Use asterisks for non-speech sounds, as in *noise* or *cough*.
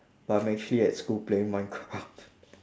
but I'm actually at school playing minecraft *laughs*